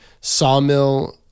Sawmill